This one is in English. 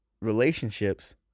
relationships